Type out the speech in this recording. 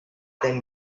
then